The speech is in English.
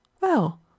Well